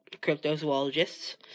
cryptozoologists